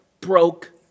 broke